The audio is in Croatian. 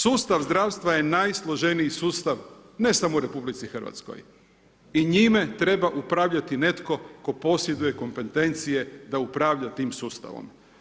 Sustav zdravstva je najsloženiji sustav ne samo u RH i njime treba upravljati netko tko posjeduje kompetencije da upravlja tim sustavom.